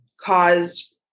caused